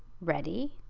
READY